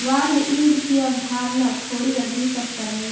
bond yield की अवधारणा थोड़ी अधिक स्तर हई